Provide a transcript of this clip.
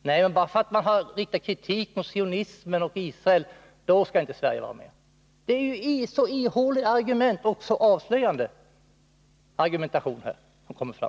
Nej, bara för att kritik har riktats mot sionismen och Israel så skall inte Sverige vara med. Det är verkligen ihåliga och avslöjande argument som här har kommit fram.